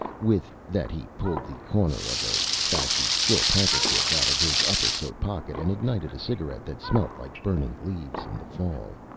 with that he pulled the corner of a sassy silk handkerchief out of his upper coat pocket and ignited a cigarette that smelt like burning leaves in the fall.